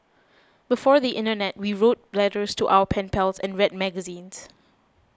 before the internet we wrote letters to our pen pals and read magazines